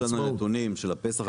יש לנו נתונים של הפסח,